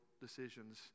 decisions